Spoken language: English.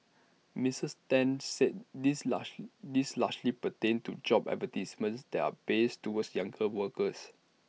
Mrs ten said these large these largely pertained to job advertisements that are biased towards younger workers